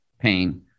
Pain